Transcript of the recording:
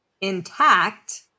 intact